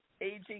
aging